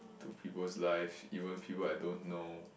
to people's life even people I don't know